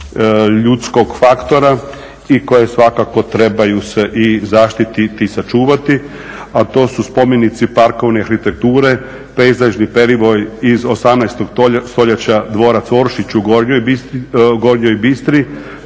ljudskog faktora i koje svakako trebaju se i zaštiti i sačuvati a to su spomenici parkovne arhitekture, pejzažni perivoj iz 18. stoljeća, dvorac Oršić u Gornjoj Gistri,